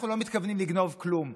אנחנו לא מתכוונים לגנוב כלום,